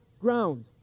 ground